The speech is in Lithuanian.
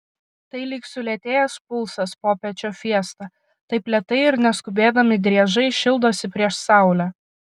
tai lyg sulėtėjęs pulsas popiečio fiesta taip lėtai ir neskubėdami driežai šildosi prieš saulę